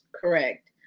Correct